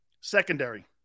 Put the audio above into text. Secondary